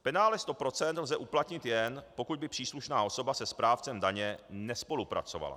Penále 100 % lze uplatnit, jen pokud by příslušná osoba se správcem nespolupracovala.